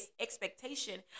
expectation